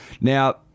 Now